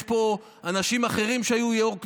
יש פה אנשים אחרים שהיו יו"ר הכנסת,